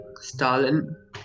Stalin